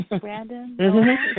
brandon